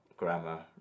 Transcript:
Grammar